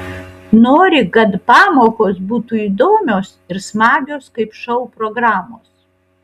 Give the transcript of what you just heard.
nori kad pamokos būtų įdomios ir smagios kaip šou programos